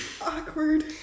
awkward